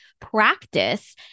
practice